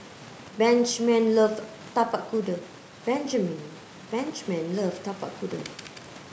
Benjman love Tapak Kuda Benjman Benjman love Tapak Kuda